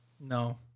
No